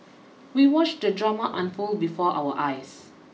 we watched the drama unfold before our eyes